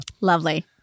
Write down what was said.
Lovely